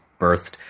birthed